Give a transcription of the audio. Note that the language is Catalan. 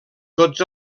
tots